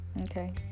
Okay